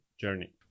journey